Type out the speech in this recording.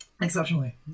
Exceptionally